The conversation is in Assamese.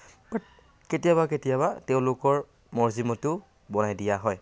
বাত কেতিয়াবা কেতিয়াবা তেওঁলোকৰ মৰ্জি মতেও বনাই দিয়া হয়